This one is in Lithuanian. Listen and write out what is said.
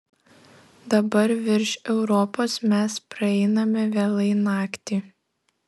dabar virš europos mes praeiname vėlai naktį